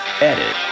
edit